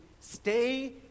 stay